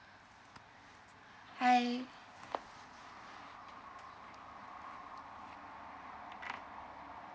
hi